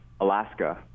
Alaska